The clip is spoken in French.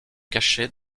cacher